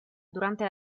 durante